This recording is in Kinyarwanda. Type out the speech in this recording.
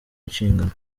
inshingano